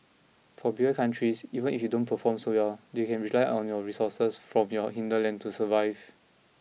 for bigger countries even if they don't perform so well they can rely on the resources from your hinterland to survive